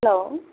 hello